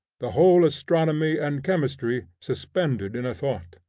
the whole astronomy and chemistry suspended in a thought.